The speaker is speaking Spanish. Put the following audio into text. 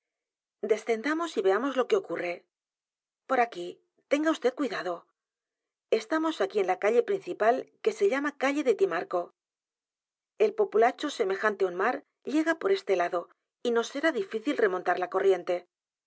descendamos y veamos lo que ocurre por aquí tenga vd cuidado estamos aquí en la calle principal q u e se llama calle d e t i m a r c o el populacho semejante á u n mar llega por este lado y nos será difícil remont a r la corriente